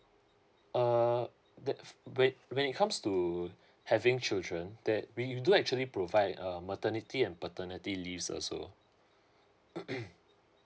uh the when when it comes to having children that we do actually provide uh maternity and paternity leaves also